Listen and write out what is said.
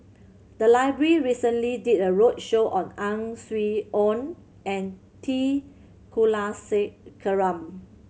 the library recently did a roadshow on Ang Swee Aun and T Kulasekaram